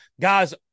guys